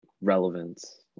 relevance